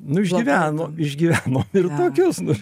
nu išgyveno išgyvenom ir tokius nu